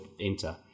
enter